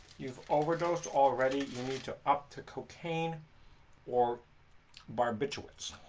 you've overdosed already, you need to up to cocaine or barbituates.